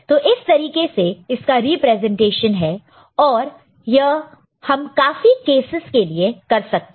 तो इस तरीके से इसका रिप्रेजेंटेशन है और यह हम काफी केसस के लिए कर सकते हैं